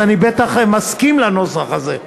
אז אני בטח מסכים לנוסח הזה.